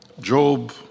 Job